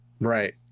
Right